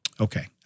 Okay